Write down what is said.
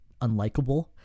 unlikable